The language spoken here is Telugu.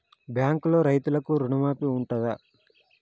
బ్యాంకులో రైతులకు రుణమాఫీ ఉంటదా?